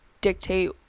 dictate